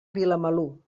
vilamalur